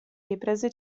riprese